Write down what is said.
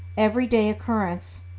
everyday occurrence,